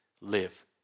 live